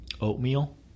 oatmeal